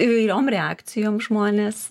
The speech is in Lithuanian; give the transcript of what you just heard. įvairiom reakcijom žmones